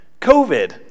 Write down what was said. COVID